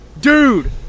dude